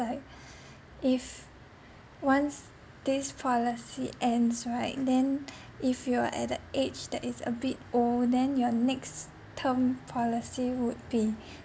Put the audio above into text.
like if once this policy ends right then if you are at a age that is a bit old then your next term policy would be